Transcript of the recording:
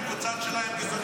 לטובת אלה שלא שמעו,